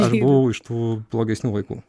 aš buvau iš tų blogesnių vaikų